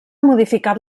modificat